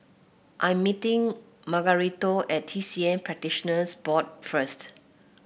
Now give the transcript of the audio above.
I am meeting Margarito at T C M Practitioners Board first